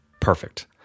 Perfect